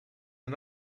are